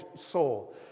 soul